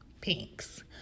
pinks